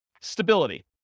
Stability